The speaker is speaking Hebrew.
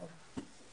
תודה רבה.